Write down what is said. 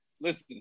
Listen